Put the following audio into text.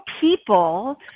people